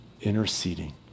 interceding